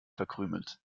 verkrümelt